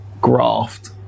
graft